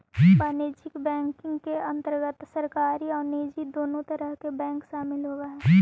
वाणिज्यिक बैंकिंग के अंतर्गत सरकारी आउ निजी दुनों तरह के बैंक शामिल होवऽ हइ